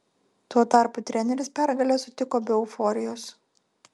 tuo tarpu treneris pergalę sutiko be euforijos